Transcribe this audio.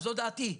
זו דעתי,